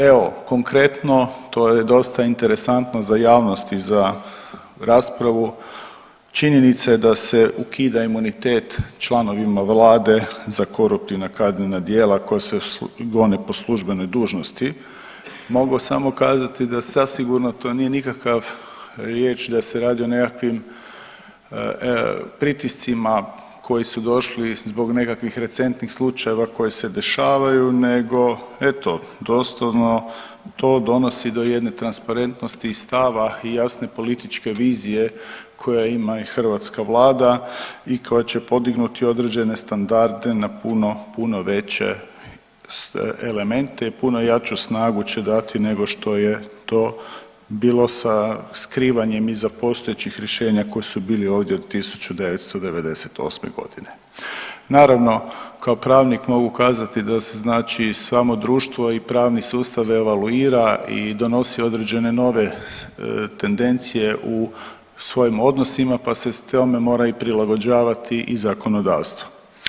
Evo konkretno, to je dosta interesantno i za javnost i za raspravu, činjenica da se ukida imunitet članovima vlade za koruptivna kaznena djela koja se gone po službenoj dužnosti, mogu samo kazati da zasigurno to nije nikakav riječ da se radi o nekakvim pritiscima koji su došli zbog nekakvih recentnih slučajeva koji se dešavaju nego eto doslovno to donosi do jedne transparentnosti stava i jasne političke vizije koje ima i hrvatska vlada i koja će podignuti određene standarde na puno, puno veće elemente i puno jaču snagu će dati nego što je to bilo sa skrivanjem iza postojećih rješenja koji su bili ovdje od 1998.g. Naravno, kao pravnik mogu kazati da se znači samo društvo i pravni sustav evaluira i donosi određene nove tendencije u svojim odnosima, pa se tome mora prilagođavati i zakonodavstvo.